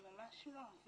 ממש לא.